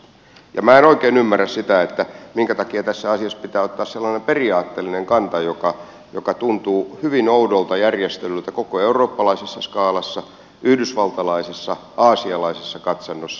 minä en oikein ymmärrä sitä minkä takia tässä asiassa pitää ottaa sellainen periaatteellinen kanta joka tuntuu hyvin oudolta järjestelyltä koko eurooppalaisessa skaalassa yhdysvaltalaisessa aasialaisessa katsannossa